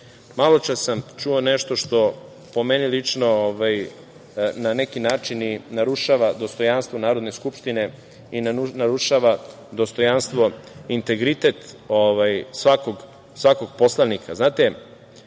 malo čas sam čuo nešto što po meni lično na neki način i narušava dostojanstvo Narodne skupštine i narušava dostojanstvo i integritet svakog poslanika.